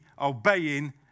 obeying